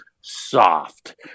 soft